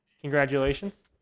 Congratulations